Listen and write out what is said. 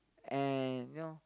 and you know